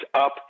up